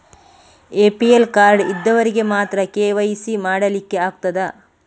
APL card ಇದ್ದವರಿಗೆ ಮಾತ್ರ KYC ಮಾಡಲಿಕ್ಕೆ ಆಗುತ್ತದಾ?